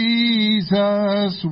Jesus